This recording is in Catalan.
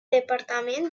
departament